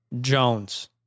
Jones